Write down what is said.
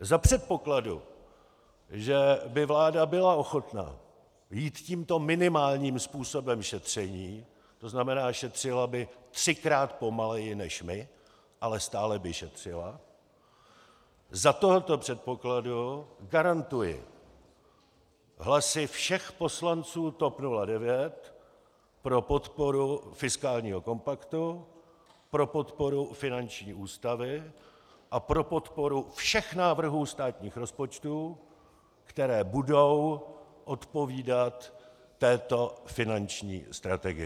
Za předpokladu, že by vláda byla ochotná jít tímto minimálním způsobem šetření, tzn. šetřila by třikrát pomaleji než my, ale stále by šetřila, za tohoto předpokladu garantuji hlasy všech poslanců TOP 09 pro podporu fiskálního kompaktu, pro podporu finanční ústavy a pro podporu všech návrhů státních rozpočtů, které budou odpovídat této finanční strategii.